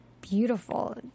beautiful